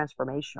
transformational